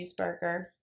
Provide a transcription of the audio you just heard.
cheeseburger